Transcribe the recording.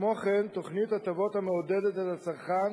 כמו כן, תוכנית הטבות המעודדת את הצרכן